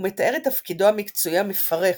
הוא מתאר את תפקידו המקצועי המפרך,